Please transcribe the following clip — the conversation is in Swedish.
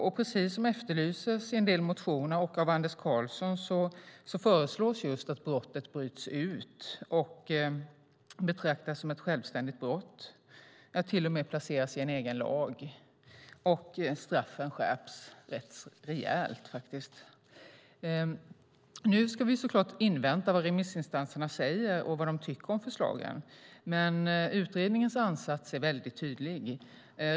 Och precis som efterlyses i en del motioner och av Anders Karlsson föreslås just att brottet bryts ut och betraktas som ett självständigt brott - ja, till och med placeras i en egen lag - och att straffen skärps rätt rejält. Nu ska vi så klart invänta vad remissinstanserna säger och vad de tycker om förslagen. Men utredningens ansats är väldigt tydlig.